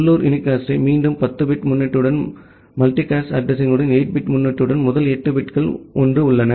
உள்ளூர் யூனிகாஸ்டை மீண்டும் 10 பிட் முன்னொட்டுடன் மல்டிகாஸ்ட் அட்ரஸிங்யுடன் 8 பிட் முன்னொட்டுடன் முதல் 8 பிட்கள் 1 உள்ளன